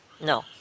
No